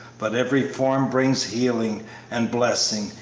but every form brings healing and blessing,